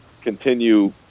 continue